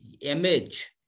image